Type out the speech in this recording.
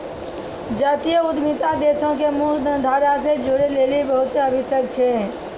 जातीय उद्यमिता देशो के मुख्य धारा से जोड़ै लेली बहुते आवश्यक छै